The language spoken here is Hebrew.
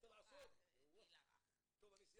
אני סיימתי.